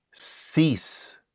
Cease